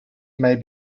may